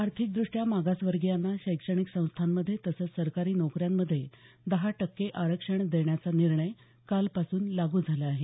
आर्थिकद्रष्ट्या मागासवर्गीयांना शैक्षणिक संस्थामध्ये तसंच सरकारी नोकऱ्यांमध्ये दहा टक्के आरक्षण देण्याचा निर्णय कालपासून लागू झाला आहे